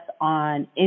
on